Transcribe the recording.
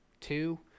Two